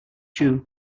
due